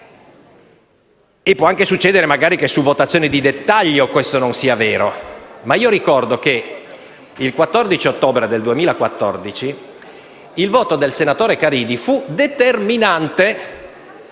e può anche succedere che su votazioni di dettaglio questo non sia vero. Ricordo però che il 14 ottobre del 2014 il voto del senatore Caridi fu determinante,